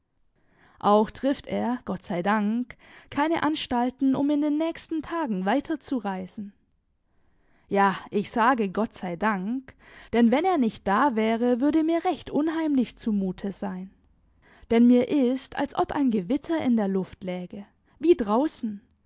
auch trifft er gott sei dank keine anstalten um in den nächsten lagen weiter zu reisen ja ich sage gott sei dank denn wenn er nicht da wäre würde mir recht unheimlich zumute sein denn mir ist als ob ein gewitter in der luft läge wie draußen